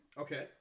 Okay